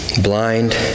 blind